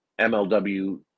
MLW